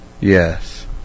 yes